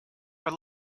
were